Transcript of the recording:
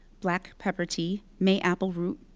black pepper tea, may-apple root,